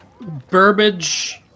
Burbage